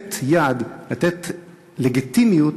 לתת יד, לתת לגיטימיות,